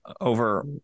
over